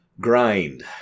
grind